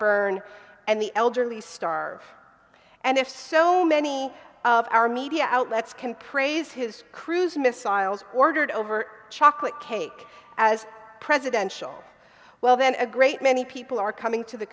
burn and the elderly star and if so many of our media outlets can praise his cruise missiles ordered over chocolate cake as a presidential well then a great many people are coming to the